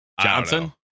Johnson